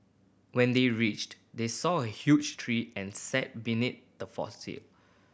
when they reached they saw a huge tree and sat beneath the